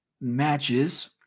matches